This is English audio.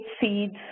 seeds